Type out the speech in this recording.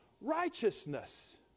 Righteousness